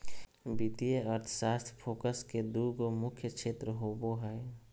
वित्तीय अर्थशास्त्र फोकस के दू गो मुख्य क्षेत्र होबो हइ